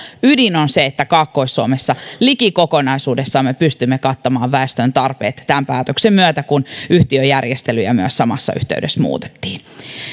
ydin on se että kaakkois suomessa liki kokonaisuudessaan me pystymme kattamaan väestön tarpeet tämän päätöksen myötä kun yhtiöjärjestelyjä myös samassa yhteydessä muutettiin